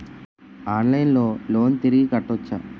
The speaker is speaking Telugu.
ఆన్లైన్లో లోన్ తిరిగి కట్టోచ్చా?